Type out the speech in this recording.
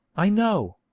i know.